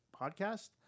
podcast